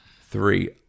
Three